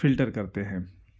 filter کرتے ہیں